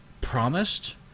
promised